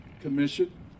commission